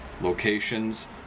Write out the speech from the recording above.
Locations